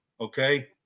Okay